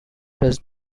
does